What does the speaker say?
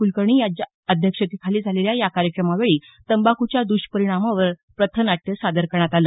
कुलकर्णी यांच्या अध्यक्षतेखाली झालेल्या या कार्यक्रमावेळी तंबाखूच्या दष्परिणामांवर पथनाट्य सादर करण्यात आलं